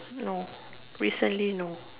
no recently no